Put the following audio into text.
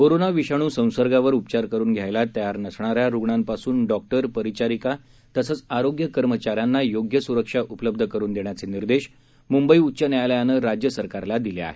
corona विषाणू संसर्गावर उपचार करून घ्यायला तयार नसणाऱ्या रुग्णांपासून डॉक्टर परिचारिका तसंच आरोग्य कर्मचाऱ्यांना योग्य स्रक्षा उपलब्ध करुन देण्याचे निर्देश मुंबई उच्च न्यायालयानं राज्य सरकारला दिले आहेत